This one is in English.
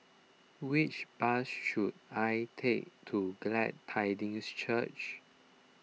which bus should I take to Glad Tidings Church